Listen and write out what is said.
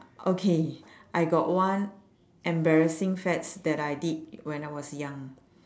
okay I got one embarrassing fads that I did when I was young